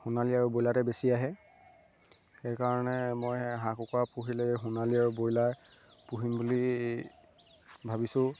সোণালী আৰু ব্ৰইলাৰতে বেছি আহে সেইকাৰণে মই হাঁহ কুকুৰা পুহিলে সোণালী আৰু ব্ৰইলাৰ পুহিম বুলি ভাবিছোঁ